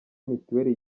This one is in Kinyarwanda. mituweli